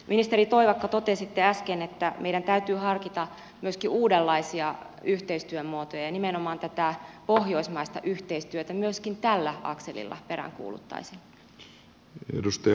ministeri toivakka totesitte äsken että meidän täytyy harkita myöskin uudenlaisia yhteistyömuotoja ja nimenomaan tätä pohjoismaista yhteistyötä myöskin tällä akselilla peräänkuuluttaisin